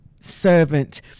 Servant